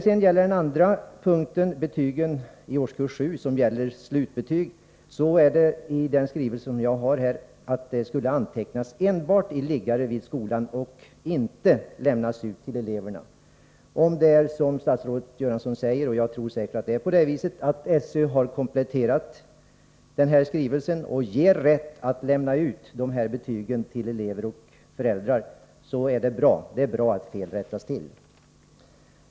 Beträffande de betyg i årskurs 7 som gäller som slutbetyg står det i en skrivelse som jag har fått att de endast skall antecknas i liggare vid skolan och inte lämnas ut till eleverna. Om det är så som statsrådet Göransson säger — och jag tror säkert att det är på det viset — att SÖ har kompletterat den här skrivelsen och ger rätt att lämna ut betygen till elever och föräldrar är det bra. Det är bra att felen rättas till.